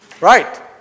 Right